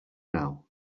now